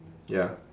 ya